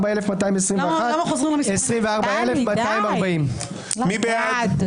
24,221 עד 24,240. מי בעד?